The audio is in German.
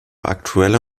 aktuelle